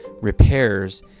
repairs